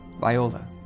Viola